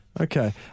Okay